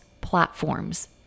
platforms